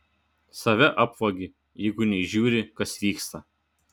save apvagi jeigu neįžiūri kas vyksta